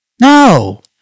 No